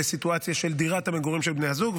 בסיטואציה של דירת המגורים של בני הזוג,